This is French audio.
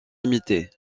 limitée